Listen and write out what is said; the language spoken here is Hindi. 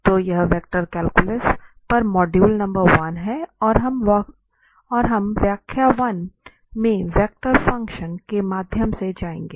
तो यह वेक्टर कैलकुलस पर मॉड्यूल नंबर 1 है और हम व्याख्यान 1 में वेक्टर फंक्शन के माध्यम से जाएंगे